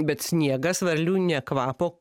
bet sniegas varlių ne kvapo